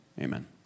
Amen